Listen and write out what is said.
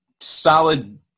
solid